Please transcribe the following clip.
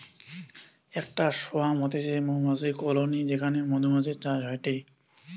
একটা সোয়ার্ম হতিছে মৌমাছির কলোনি যেখানে মধুমাছির চাষ হয়টে